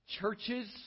churches